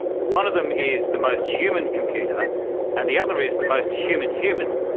one of them is the most human computer and the other is the most human human,